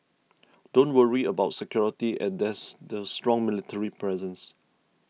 don't worry about security and there's a strong military presence